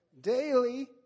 Daily